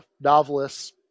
novelists